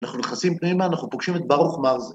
‫אנחנו נכנסים פנימה, ‫אנחנו פוגשים את בר אוכמר.